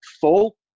full